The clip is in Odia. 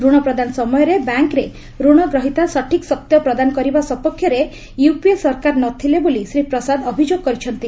ରଣ ପ୍ରଦାନ ସମୟରେ ବ୍ୟାଙ୍କ୍ରେ ଋଣଗ୍ରହିତା ସଠିକ୍ ସତ୍ୟ ପ୍ରଦାନ କରିବା ସପକ୍ଷରେ ୟୁପିଏ ସରକାର ନ ଥିଲେ ବୋଲି ଶ୍ରୀ ପ୍ରସାଦ ଅଭିଯୋଗ କରିଛନ୍ତି